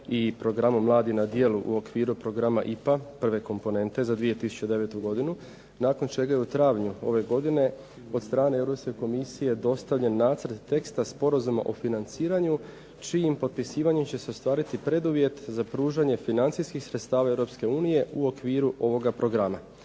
i programu mladi na djelu u okviru programa IPA prve komponente za 2009. godinu, nakon čega je u travnju ove godine od strane Europske komisije dostavljen nacrt tekst sporazuma o financiranju čijim potpisivanjem će se ostvariti preduvjet za pružanje financijskih sredstava Europske unije u okviru ovoga Programa.